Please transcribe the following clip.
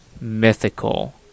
mythical